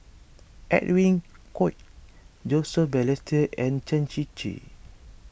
Edwin Koek Joseph Balestier and Chen Shiji